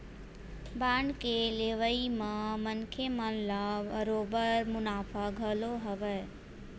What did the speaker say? bond के लेवई म मनखे मन ल बरोबर मुनाफा घलो हवय